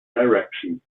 direction